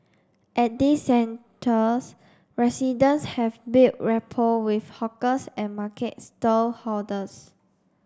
at these centres residents have built rapport with hawkers and market stallholders